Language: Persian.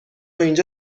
اینجا